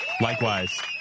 Likewise